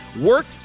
Work